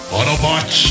Autobots